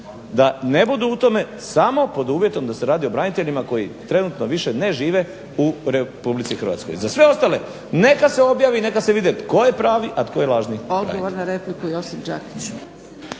da ne budu u tome samo pod uvjetom da se radi o braniteljima koji trenutno više ne žive u RH. Za sve ostale neka se objavi i neka se vidi tko je pravi, a tko je lažni branitelj.